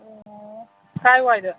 ꯑꯣ ꯀꯥꯏ ꯋꯥꯏꯗ